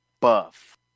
buff